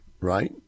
right